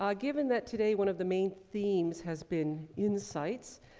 ah given that today one of the main themes has been insights,